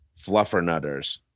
fluffernutters